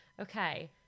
Okay